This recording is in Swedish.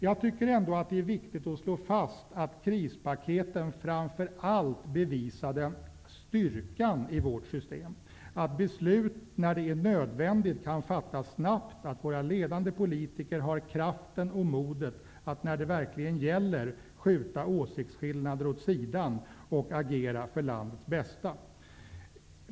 Jag tycker ändå att det är viktigt att slå fast att krispaketen framför allt bevisade styrkan i vårt system, att beslut kan fattas snabbt när det är nödvändigt och att våra ledande politiker har kraften och modet att skjuta åsiktsskillnader åt sidan när det verkligen gäller och agera för landets bästa.